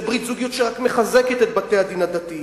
זה ברית זוגיות שרק מחזקת את בתי-הדין הדתיים.